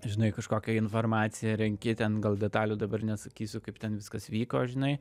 žinai kažkokią informaciją renki ten gal detalių dabar nesakysiu kaip ten viskas vyko žinai